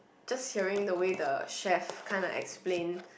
just hearing the way the chef kinds like explain